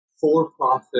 for-profit